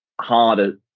harder